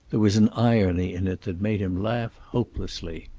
there was an irony in it that made him laugh hopelessly.